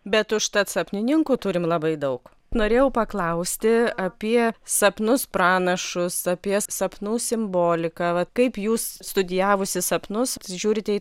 bet užtat sapnininkų turim labai daug norėjau paklausti apie sapnus pranašus apie sapnų simboliką vat kaip jūs studijavusi sapnus žiūrite į